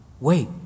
wait